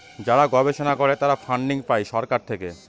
যারা গবেষণা করে তারা ফান্ডিং পাই সরকার থেকে